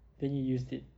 then you used it